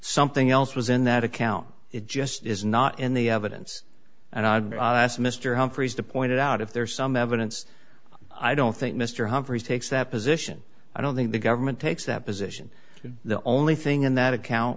something else was in that account it just is not in the evidence and i asked mr humphreys to point it out if there is some evidence i don't think mr humphries takes that position i don't think the government takes that position and the only thing in that account